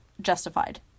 justified